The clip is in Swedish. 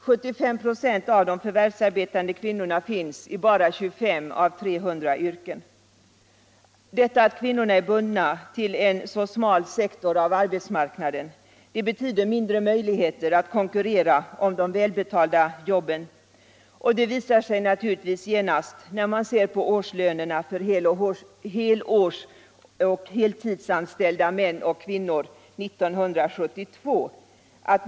75 & av de förvärvsarbetande kvinnorna finns i bara 25 av 300 yrken. Det förhållandet att kvinnorna är bundna till en så smal sektor av arbetsmarknaden betyder mindre möjligheter att konkurrera om de välbetalda jobben. Och det framgår också genast av årslönerna för helårsoch heltidsanställda män och kvinnor 1972.